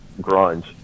grunge